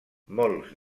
molts